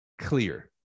clear